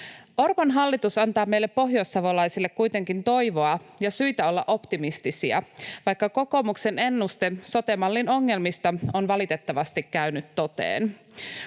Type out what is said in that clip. Orpon hallitus antaa meille pohjoissavolaisille kuitenkin toivoa ja syitä olla optimistisia, vaikka kokoomuksen ennuste sote-mallin ongelmista on valitettavasti käynyt toteen.